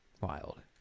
Wild